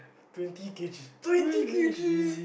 twenty K_G twenty K_G